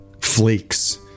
flakes